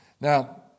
Now